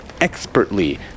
expertly